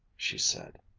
she said,